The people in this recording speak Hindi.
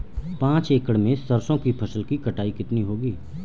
पांच एकड़ में सरसों की फसल की कटाई कितनी होगी?